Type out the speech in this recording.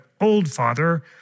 Oldfather